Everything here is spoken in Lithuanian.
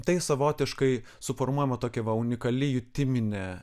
tai savotiškai suformuojama tokia va unikali jutiminė